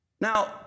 Now